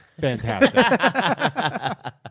Fantastic